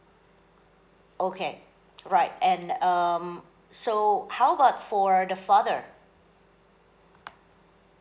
okay right and um so how about for the father